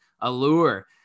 allure